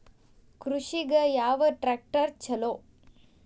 ಕೃಷಿಗ ಯಾವ ಟ್ರ್ಯಾಕ್ಟರ್ ಛಲೋ?